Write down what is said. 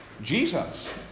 Jesus